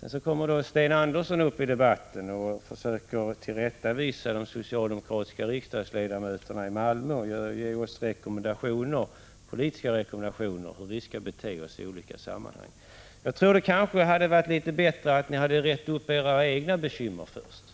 Sedan kommer Sten Andersson i Malmö upp i debatten och försöker tillrättavisa de socialdemokratiska riksdagsledmöterna i Malmö och ger oss politiska rekommendationer om hur vi skall bete oss i olika sammanhang. Kanske hade det varit bättre om ni hade rett upp era egna bekymmer först.